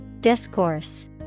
Discourse